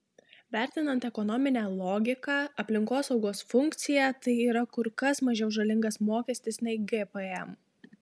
vertinant ekonominę logiką aplinkosaugos funkciją tai yra kur kas mažiau žalingas mokestis nei gpm